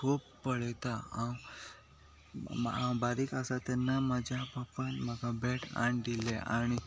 खूब पळयतां हांव हांव बारीक आसा तेन्ना म्हज्या बापान म्हाका बॅट हाडून दिल्लें आनी